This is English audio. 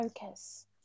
focus